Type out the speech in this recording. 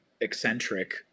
eccentric